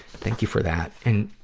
thank you for that. and,